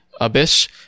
abyss